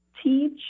teach